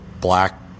black